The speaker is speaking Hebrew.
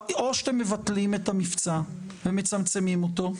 או שאתם מבטלים את המבצע ומצמצמים אותו,